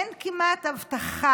אין כמעט הבטחה,